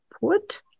put